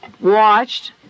watched